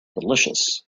delicious